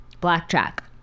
Blackjack